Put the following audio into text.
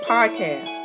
Podcast